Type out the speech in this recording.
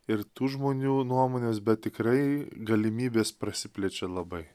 ir tų žmonių nuomonės bet tikrai galimybės prasiplečia labai